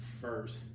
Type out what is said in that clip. first